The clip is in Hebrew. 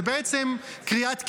זו בעצם קריאת כיוון.